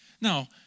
Now